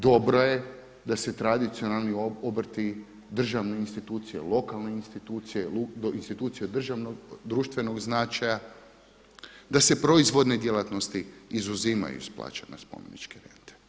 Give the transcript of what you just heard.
Dobro je da se tradicionalni obrti, državne institucije, lokalne institucije, institucije od državnog, društvenog značaja, da se proizvodne djelatnosti izuzimaju iz plaćanja spomeničke rente.